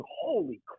holy